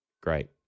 great